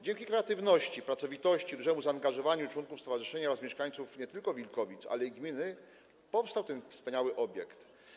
Dzięki kreatywności, pracowitości i dużemu zaangażowaniu członków stowarzyszenia oraz mieszkańców nie tylko Wilkowic, ale i gminy powstał ten wspaniały obiekt.